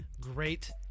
Great